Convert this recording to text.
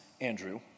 Andrew